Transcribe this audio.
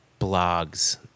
blogs